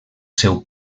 seu